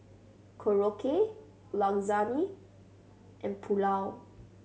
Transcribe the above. Korokke Lasagne and Pulao